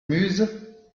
muses